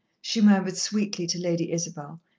she murmured sweetly to lady isabel,